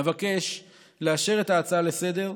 אבקש לאשר את ההצעה לסדר-היום,